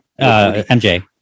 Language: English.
MJ